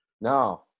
No